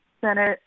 Senate